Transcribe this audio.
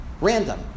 Random